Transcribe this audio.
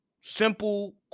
simple